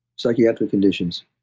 psychiatric conditions.